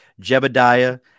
Jebediah